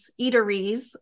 eateries